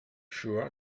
sure